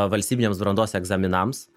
valstybiniams brandos egzaminams